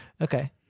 Okay